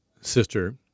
sister